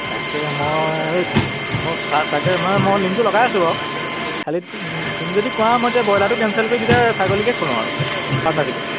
তাকে মই ঐ মই চা তাকে নাই মানে মই লিংকটো লগাই আছোঁ বাৰু খালি তুমি যদি কোৱা মই এতিয়া ব্ৰইলাৰটো কেনচেল কৰি তেতিয়া ছাগলীকে খোলোঁ আৰু পাৰ্টনাৰশ্বিপত